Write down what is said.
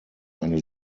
eine